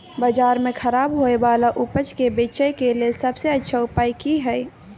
बाजार में खराब होय वाला उपज के बेचय के लेल सबसे अच्छा उपाय की हय?